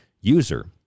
user